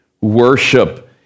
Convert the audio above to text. worship